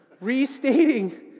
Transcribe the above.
restating